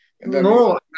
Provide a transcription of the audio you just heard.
No